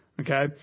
Okay